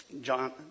John